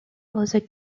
other